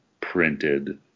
printed